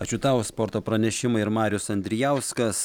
ačiū tau sporto pranešimai ir marius andrijauskas